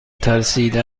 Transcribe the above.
ترسیده